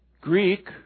Greek